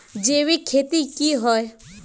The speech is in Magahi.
जैविक खेती की होय?